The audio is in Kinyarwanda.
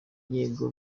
yego